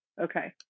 Okay